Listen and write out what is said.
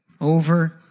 over